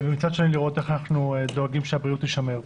ומצד שני לראות איך אנחנו דואגים שהבריאות תישמר.